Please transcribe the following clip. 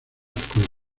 escuela